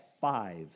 five